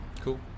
cool